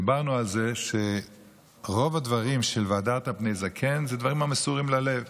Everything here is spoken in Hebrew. דיברנו על זה שרוב הדברים של "והדרת פני זקן" הם דברים המסורים ללב.